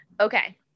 Okay